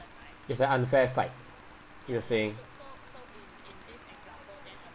it's an unfair fight you are saying